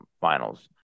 finals